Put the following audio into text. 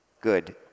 good